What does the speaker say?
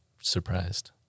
surprised